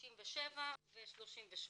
37 ו-38.